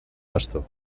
bastó